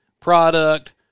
Product